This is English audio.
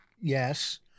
yes